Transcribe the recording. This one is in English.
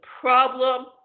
problem